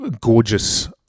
gorgeous